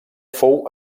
fou